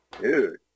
Dude